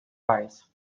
rise